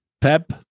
Pep